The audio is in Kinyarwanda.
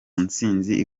nsinzi